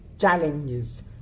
challenges